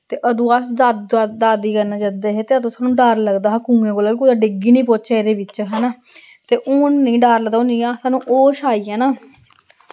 ते अदूं अस दा दा दादी कन्नै जन्दे हे ते अदूं सानूं डर लगदा हा कुएं कोला कि कुतै डिग्गी निं पौचे एह्दे बिच्च हैना ते हून निं डर लगदा हून जि'यां सानूं होश आई गेआ ना